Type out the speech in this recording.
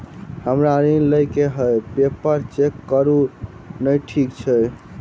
हमरा ऋण लई केँ हय पेपर चेक करू नै ठीक छई?